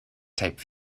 type